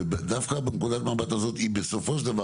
דווקא בנקודת מבט כזו היא בסופו של דבר,